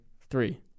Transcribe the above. Three